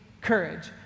courage